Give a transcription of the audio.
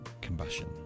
Combustion